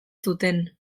zuten